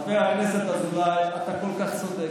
חבר הכנסת אזולאי, אתה כל כך צודק.